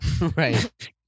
Right